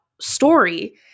story